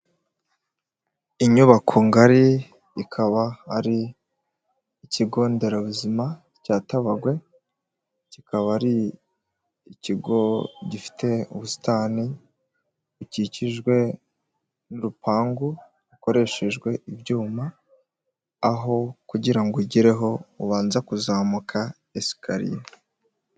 Inyubako ngari ikaba ari ikigo nderabuzima cya Tabagwe, kikaba ari ikigo gifite ubusitani bukikijwe n'urupangu rukoreshejwe ibyuma, aho kugira ngo ugereho ubanza kuzamuka esikariye.